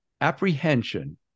apprehension